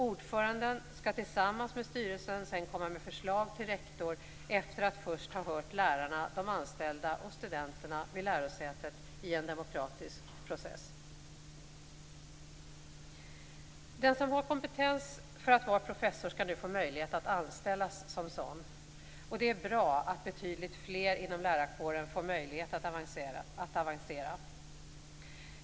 Ordföranden skall tillsammans med styrelsen komma med förslag till rektor efter att först ha hört lärarna, de anställda och studenterna vid lärosätet i en demokratisk process. Den som har kompetens för att vara professor skall nu få möjlighet att anställas som sådan. Det är bra att betydligt fler inom lärarkåren får möjlighet att avancera.